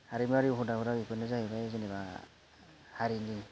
हारिमुआरि हुदाफोरा बेफोरनो जाहैबाय जेनेबा हारिनि